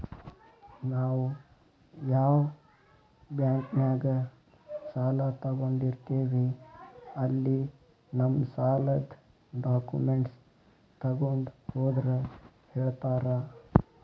ನಾವ್ ಯಾ ಬಾಂಕ್ನ್ಯಾಗ ಸಾಲ ತೊಗೊಂಡಿರ್ತೇವಿ ಅಲ್ಲಿ ನಮ್ ಸಾಲದ್ ಡಾಕ್ಯುಮೆಂಟ್ಸ್ ತೊಗೊಂಡ್ ಹೋದ್ರ ಹೇಳ್ತಾರಾ